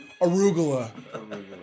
Arugula